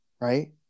right